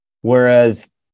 Whereas